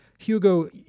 Hugo